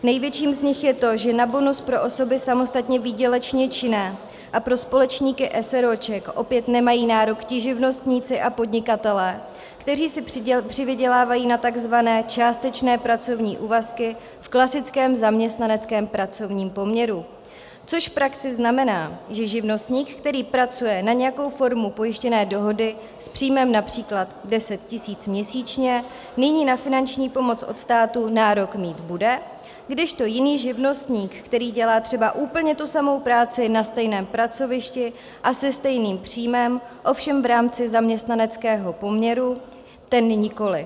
Největším z nich je to, že na bonus pro osoby samostatně výdělečně činné a pro společníky eseróček opět nemají nárok ti živnostníci a podnikatelé, kteří si přivydělávají na takzvané částečné pracovní úvazky v klasickém zaměstnaneckém pracovním poměru, což v praxi znamená, že živnostník, který pracuje na nějakou formu pojištěné dohody s příjmem například 10 tisíc měsíčně, nyní na finanční pomoc od státu nárok mít bude, kdežto jiný živnostník, který dělá třeba úplně tu samou práci na stejném pracovišti a se stejným příjmem, ovšem v rámci zaměstnaneckého poměru, ten nikoli.